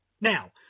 Now